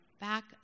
back